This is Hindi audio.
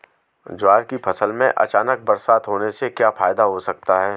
ज्वार की फसल में अचानक बरसात होने से क्या फायदा हो सकता है?